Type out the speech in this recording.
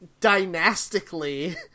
dynastically